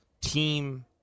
team